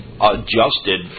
adjusted